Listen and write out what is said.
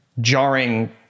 jarring